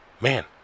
Man